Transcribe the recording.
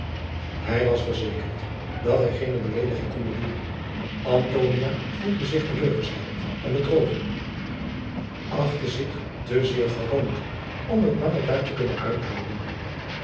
hij was verzekerd dat hij geene beleediging kon bedoelen antonia voelde zich te leur gesteld en bedrogen achtte zich te zeer gehoond om het langer daar te kunnnen uithouden